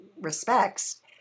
respects